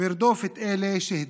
וירדוף את אלה שהצדיקו.